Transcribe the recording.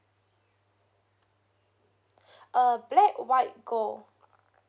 uh black white gold